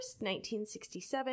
1967